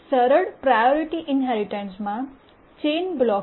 સરળ priority inheritance માં chain blocking એ એક ગંભીર સમસ્યા છે